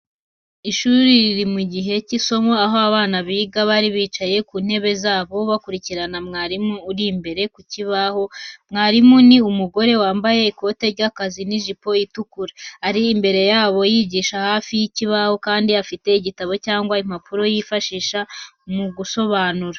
Ishuri riri mu gihe cy’isomo, aho abana biga bari bicaye ku ntebe zabo, bakurikirana mwarimu uri imbere ku kibaho. Mwarimu ni umugore, wambaye ikote ry'akazi n'ijipo itukura. Ari imbere y’abo yigisha hafi y’ikibaho kandi afite igitabo cyangwa impapuro yifashisha mu gusobanura.